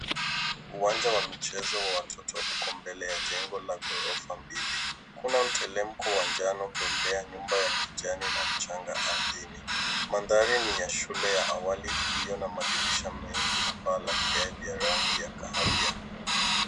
Uwanja wa michezo wa watoto huko mbele ya jengo la ghorofa mbili. Kuna mteremko wa njano pembea nyumba ya kijani na mchanga ardhini. Mandhari ni ya shule ya awali iliyo na madirisha mengi na paa la vigae vya rangi ya kahawia.